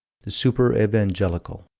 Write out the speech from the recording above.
the super-evangelical.